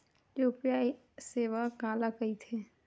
UPI सेवा काला कइथे?